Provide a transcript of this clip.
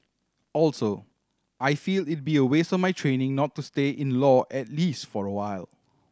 also I feel it'd be a waste of my training not to stay in law at least for a while